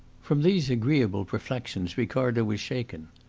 from these agreeable reflections ricardo was shaken.